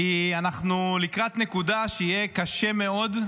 כי אנחנו לקראת נקודה שבה יהיה קשה מאוד,